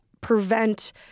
prevent